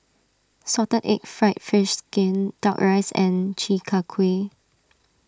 Salted Egg Fried Fish Skin Duck Rice and Chi Kak Kuih